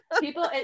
People